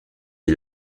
est